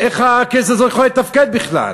איך הכנסת הזו יכולה לתפקד בכלל?